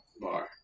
bar